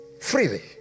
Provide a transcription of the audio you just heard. Freely